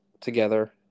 together